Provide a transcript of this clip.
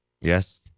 Yes